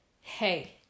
hey